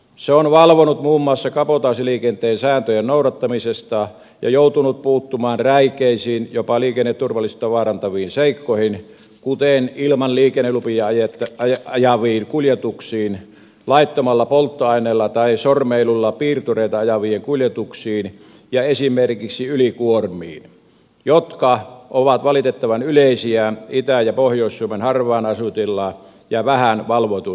se on valvonut muun muassa kabotaasiliikenteen sääntöjen noudattamista ja joutunut puuttumaan räikeisiin jopa liikenneturvallisuutta vaarantaviin seikkoihin kuten ilman liikennelupia ajettaviin kuljetuksiin laittomalla polttoaineella tai sormeilluilla piirtureilla ajettaviin kuljetuksiin ja esimerkiksi ylikuormiin jotka ovat valitettavan yleisiä itä ja pohjois suomen harvaan asutuilla ja vähän valvotuilla alueilla